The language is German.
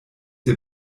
der